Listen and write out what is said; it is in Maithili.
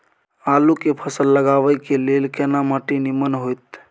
आलू के फसल लगाबय के लेल केना माटी नीमन होयत?